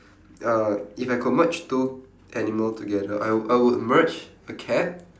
uh if I could merge two animal together I I would merge a cat